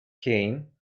came